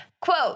Quote